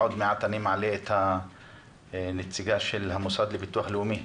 עוד מעט נשמע את הנציגה של המוסד לביטוח לאומי.